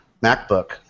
MacBook